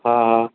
हा हा